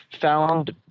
found